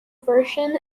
version